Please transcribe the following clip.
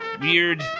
weird